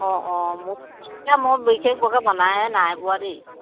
অ' অ' মোৰ মই বিশেষ বৰকৈ বনাই নাই পোৱা দেই